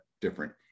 different